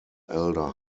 elder